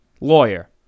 lawyer